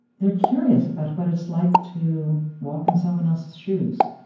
they're curious about what it's like to walk in someone else's shoes.